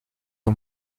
and